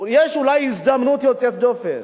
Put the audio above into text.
יש אולי הזדמנות יוצאת דופן